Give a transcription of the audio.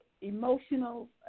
emotional